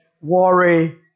worry